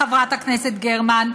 חברת הכנסת גרמן,